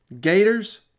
Gators